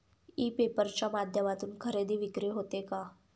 E paper च्या माध्यमातून खरेदी विक्री होते का?